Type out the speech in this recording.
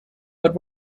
but